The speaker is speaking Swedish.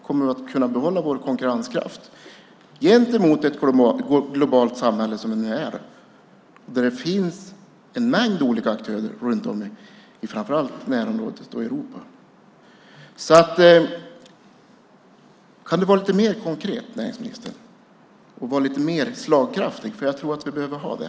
Kommer vi att kunna behålla vår konkurrenskraft gentemot ett globalt samhälle, som det nu är, där det finns en mängd olika aktörer framför allt i närområdet och Europa? Kan du vara lite mer konkret, näringsministern, och lite mer slagkraftig? Jag tror att vi behöver det.